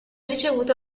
ricevuto